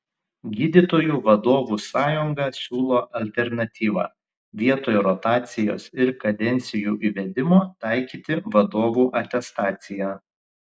gydytojų vadovų sąjunga siūlo alternatyvą vietoj rotacijos ir kadencijų įvedimo taikyti vadovų atestaciją